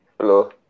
Hello